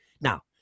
Now